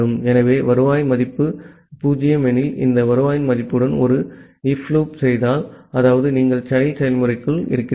ஆகவே வருவாய் மதிப்பு 0 எனில் இந்த வருவாய் மதிப்புடன் ஒரு if loop செய்தால் அதாவது நீங்கள் child செயல்முறைக்குள் இருக்கிறீர்கள்